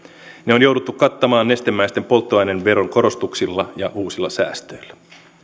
ne on jouduttu kattamaan nestemäisten polttoaineiden veron korotuksilla ja uusilla säästöillä